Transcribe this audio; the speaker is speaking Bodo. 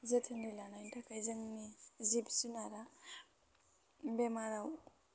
जोथोनै लानायनि थाखाय जोंनि जिब जुनारा बेमाराव